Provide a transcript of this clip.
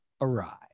awry